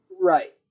Right